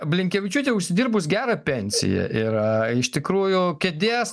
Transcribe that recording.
blinkevičiūtė užsidirbus gerą pensiją yra iš tikrųjų kėdės